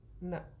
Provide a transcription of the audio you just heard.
No